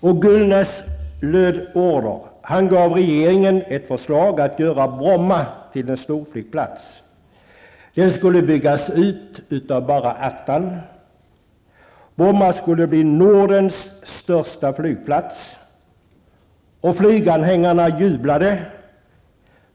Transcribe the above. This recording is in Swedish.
Och Gullnäs löd order. Han lämnade ett förslag till regeringen om att göra Bromma till en storflygplats. Bromma skulle byggas ut utav bara attan och bli Nordens största flygplats. Flyganhängarna jublade.